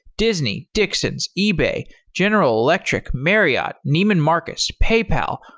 disney, dixons, ebay, general electric, marriott, neiman marcus, paypal,